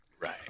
right